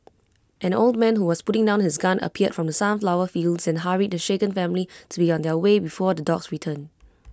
an old man who was putting down his gun appeared from the sunflower fields and hurried the shaken family to be on their way before the dogs return